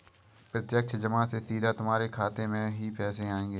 प्रत्यक्ष जमा से सीधा तुम्हारे खाते में ही पैसे आएंगे